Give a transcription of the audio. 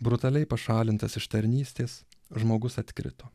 brutaliai pašalintas iš tarnystės žmogus atkrito